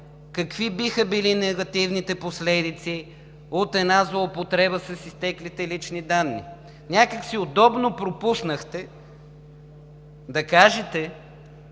какви биха били негативните последици от една злоупотреба с изтеклите лични данни. Някак си удобно пропуснахте да кажете,